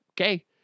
okay